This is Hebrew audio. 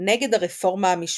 נגד הרפורמה המשפטית.